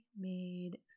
made